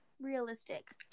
Realistic